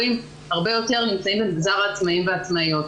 יותר נמצאים במגזר העצמאים והעצמאיות.